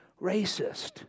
racist